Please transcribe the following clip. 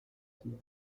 k’uwo